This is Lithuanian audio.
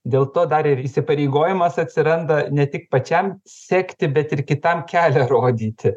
dėl to dar ir įsipareigojimas atsiranda ne tik pačiam sekti bet ir kitam kelią rodyti